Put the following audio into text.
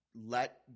let –